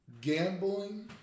gambling